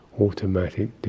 automatic